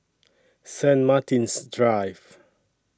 Saint Martin's Drive